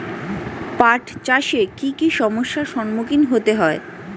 পাঠ চাষে কী কী সমস্যার সম্মুখীন হতে হয়?